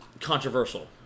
controversial